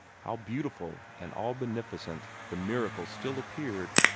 how beautiful and all-beneficent the miracle still appeared!